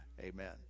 Amen